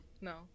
No